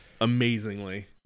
amazingly